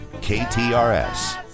KTRS